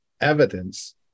evidence